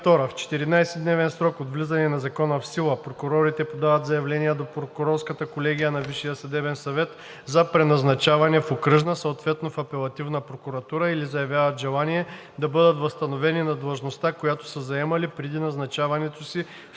В 14-дневен срок от влизане на закона в сила прокурорите подават заявление до Прокурорската колегия на Висшия съдебен съвет за преназначаване в окръжна, съответно в апелативна прокуратура или заявяват желание да бъдат възстановени на длъжността, която са заемали преди назначаването си в